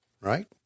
right